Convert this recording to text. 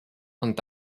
und